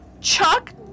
Chuck